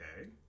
okay